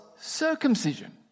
circumcision